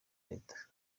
leta